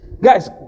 Guys